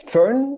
Fern